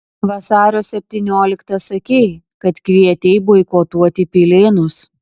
vasario septynioliktą sakei kad kvietei boikotuoti pilėnus